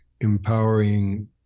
empowering